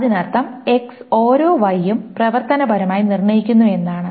അതിനർത്ഥം X ഓരോ Y യും പ്രവർത്തനപരമായി നിർണ്ണയിക്കുന്നു എന്നാണ്